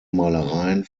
malereien